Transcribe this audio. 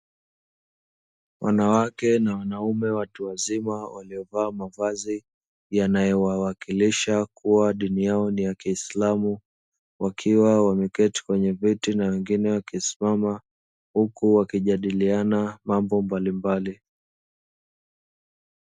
Wanawake na wanaume watu wazima waliyovaa mavazi yanayo wawakilisha kuwa dini yao ni ya kiislamu, wakiwa wameketi kwenye viti na wengine wakisimama huku wakijadiliana mambo mbalimbali.